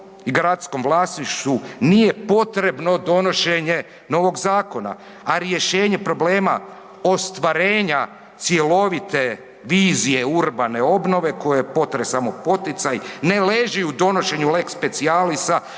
i gradskom vlasništvu nije potrebno donošenje novog zakona, a rješenje problema ostvarenja cjelovite vizije urbane obnove kojoj je potres samo poticaj ne leži u donošenju lex specialisa